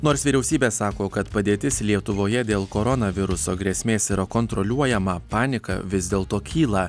nors vyriausybė sako kad padėtis lietuvoje dėl koronaviruso grėsmės yra kontroliuojama panika vis dėlto kyla